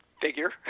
Figure